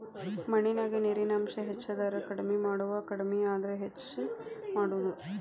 ಮಣ್ಣಿನ್ಯಾಗ ನೇರಿನ ಅಂಶ ಹೆಚಾದರ ಕಡಮಿ ಮಾಡುದು ಕಡಮಿ ಆದ್ರ ಹೆಚ್ಚ ಮಾಡುದು